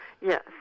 Yes